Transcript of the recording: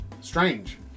strange